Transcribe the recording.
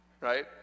Right